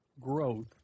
growth